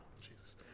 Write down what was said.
Jesus